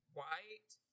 white